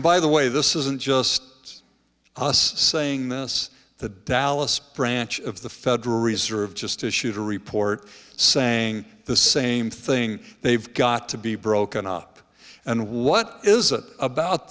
by the way this isn't just us saying this the dallas franch of the federal reserve just issued a report saying the same thing they've got to be broken up and what is a about